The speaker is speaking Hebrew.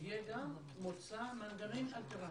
שיהיו מוצעים גם מנגנונים אלטרנטיביים.